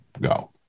go